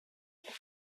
kann